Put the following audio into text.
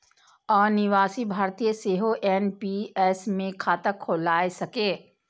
अनिवासी भारतीय सेहो एन.पी.एस मे खाता खोलाए सकैए